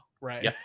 right